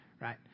right